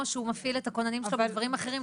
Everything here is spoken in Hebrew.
שהוא מפעיל את הכוננים שלו בדברים אחרים,